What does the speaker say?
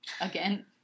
Again